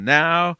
now